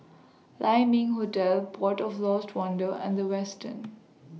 Lai Ming Hotel Port of Lost Wonder and The Westin